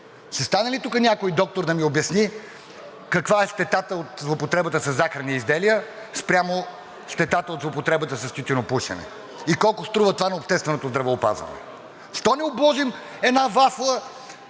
Ще стане ли тук някой доктор да ми обясни каква е щетата от злоупотребата със захарни изделия спрямо щетата от злоупотребата с тютюнопушене и колко струва това на общественото здравеопазване? Защо не обложим една вафла